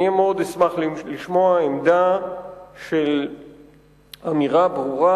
אני מאוד אשמח לשמוע עמדה של אמירה ברורה,